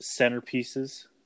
centerpieces